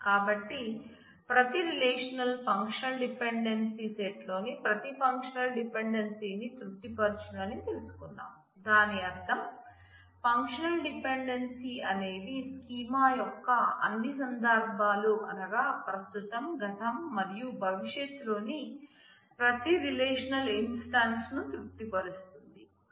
కాబట్టి ప్రతి relation functional dependency set యొక్క అన్ని సంధర్భాలు అనగా ప్రస్తుతం గతం మరియు భవిష్యత్తులోని ప్రతి రిలేషన్ ఇన్స్టాన్స్ ను తృప్తిపరుస్తుంది